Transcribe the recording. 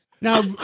Now